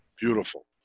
Beautiful